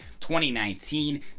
2019